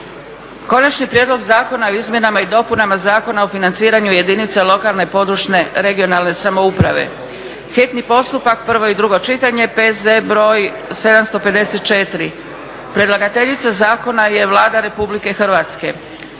Konačni prijedlog zakona o izmjenama i dopunama Zakona o financiranju jedinica lokalne i područne (regionalne) samouprave, hitni postupak, prvo i drugo čitanje, P.Z. br. 754. …/Upadica Kajin: Imamo li stanku